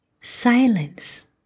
silence